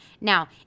Now